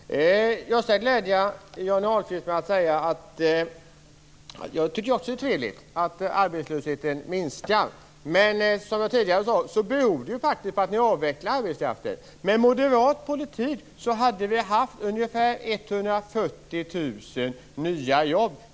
Herr talman! Jag skall glädja Johnny Ahlqvist med att jag också tycker att det är trevligt att arbetslösheten minskar. Men, som jag tidigare sade, beror det ju faktiskt på att ni avvecklar arbetskraft. Med moderat politik hade vi haft ungefär 140 000 nya jobb.